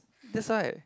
that's why